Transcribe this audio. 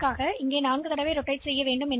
எனவே பின்னர் நாம் கேரி மூலம் சுழற்றுவோம்